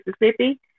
Mississippi